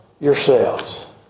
yourselves